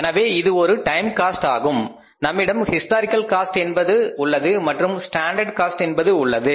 எனவே இது ஒரு டைம் காஸ்ட் ஆகும் நம்மிடம் ஹிஸ்டாரிக்கல் காஸ்ட் என்பது உள்ளது மற்றும் ஸ்டாண்டர்ட் காஸ்ட் என்பது உள்ளது